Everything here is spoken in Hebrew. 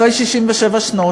אחרי 67 שנים,